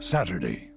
Saturday